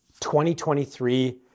2023